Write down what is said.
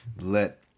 let